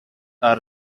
are